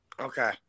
Okay